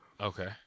Okay